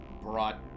brought